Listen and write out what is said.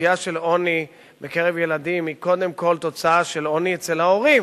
הסוגיה של עוני בקרב ילדים היא קודם כול תוצאה של עוני אצל ההורים,